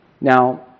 Now